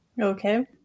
Okay